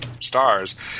stars